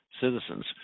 citizens